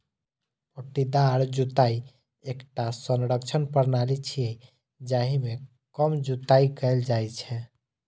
पट्टीदार जुताइ एकटा संरक्षण प्रणाली छियै, जाहि मे कम जुताइ कैल जाइ छै